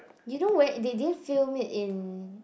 you know where they din film it in